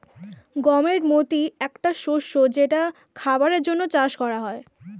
গমের মতি একটা শস্য যেটা খাবারের জন্যে চাষ করা হয়